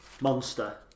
Monster